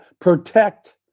protect